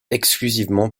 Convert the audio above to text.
exclusivement